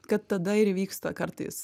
kad tada ir įvyksta kartais